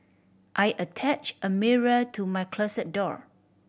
I attached a mirror to my closet door